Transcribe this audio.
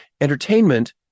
entertainment